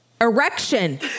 Erection